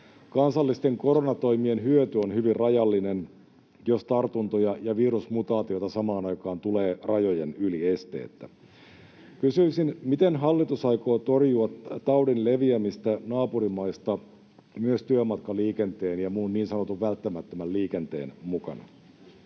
Kansallisten koronatoimien hyöty on hyvin rajallinen, jos tartuntoja ja virusmutaatioita tulee samaan aikaan rajojen yli esteettä. Kysyisin: miten hallitus aikoo torjua taudin leviämistä naapurimaista myös työmatkaliikenteen ja muun niin sanotun välttämättömän liikenteen mukana?